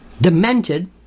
demented